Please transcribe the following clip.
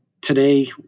Today